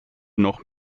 noch